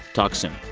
talk soon